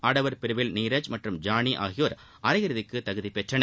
ஆடவர் பிரிவில் நீரஜ் மற்றும் ஜானி ஆகியோர் அரையிறுதிக்கு தகுதி பெற்றனர்